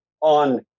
on